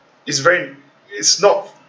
is very is not